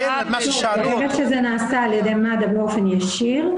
אני חושבת שזה נעשה על ידי מד"א באופן ישיר,